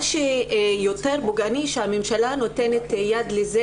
מה שיותר פוגעני שהממשלה נותנת יד לזה